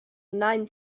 nine